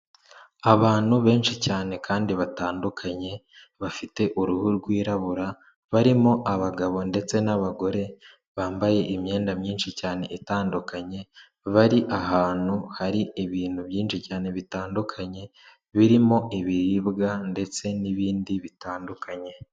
Abantu benshi cyane kandi batandukanye, bafite uruhu rwirabura, barimo abagabo ndetse n'abagore, bambaye imyenda myinshi cyane itandukanye, bari ahantu hari ibintu byinshi cyane bitandukanye, birimo ibiribwa ndetse n'ibindi bitandukanye.